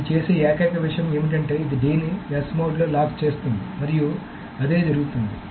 అది చేసే ఏకైక విషయం ఏమిటంటే ఇది d ని S మోడ్లో లాక్ చేస్తుంది మరియు అదే జరుగుతోంది